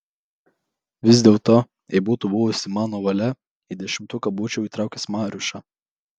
vis dėlto jei būtų buvusi mano valia į dešimtuką būčiau įtraukęs mariušą